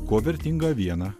kuo vertinga aviena